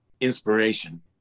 inspiration